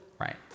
Right